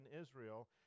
Israel